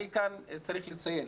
אני כאן צריך לציין,